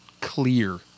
clear